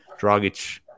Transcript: Dragic